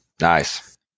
Nice